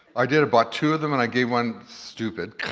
i did, i bought two of them and i gave one. stupid.